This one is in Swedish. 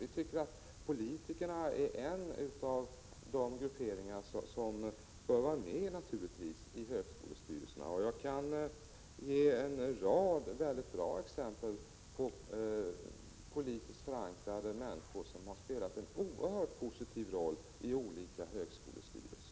Vi tycker att politikerna är en av de grupper som naturligtvis bör vara med i dessa styrelser. Jag kan ge en rad mycket bra exempel på politiskt förankrade människor som har spelat en oerhört positiv roll i olika högskolestyrelser.